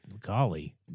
golly